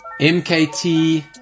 MKT